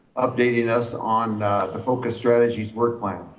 updating us on the focus strategies work plan.